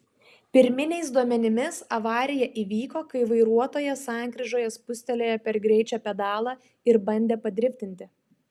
pirminiais duomenimis avarija įvyko kai vairuotojas sankryžoje spustelėjo per greičio pedalą ir bandė padriftinti